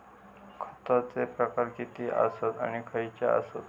खतांचे प्रकार किती आसत आणि खैचे आसत?